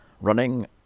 Running